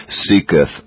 seeketh